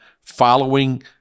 following